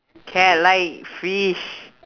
cat like fish